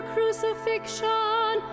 Crucifixion